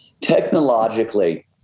Technologically